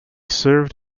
served